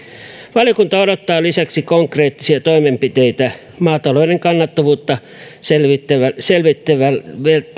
valiokunta odottaa lisäksi konkreettisia toimenpiteitä maatalouden kannattavuutta selvittävältä selvittävältä